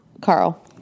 Carl